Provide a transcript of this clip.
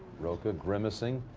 rocca grimacing.